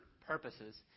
purposes